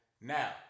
Now